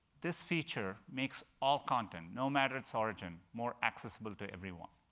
this feature makes all content, no matter its origin, more accessible to everyone,